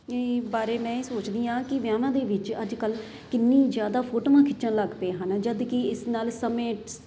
ਬਾਰੇ ਮੈਂ ਇਹ ਸੋਚਦੀ ਹਾਂ ਕਿ ਵਿਆਵਾਂ ਦੇ ਵਿੱਚ ਅੱਜ ਕੱਲ੍ਹ ਕਿੰਨੀ ਜ਼ਿਆਦਾ ਫੋਟੋਆਂ ਖਿੱਚਣ ਲੱਗ ਪਏ ਹਨ ਜਦ ਕਿ ਇਸ ਨਾਲ ਸਮੇਂ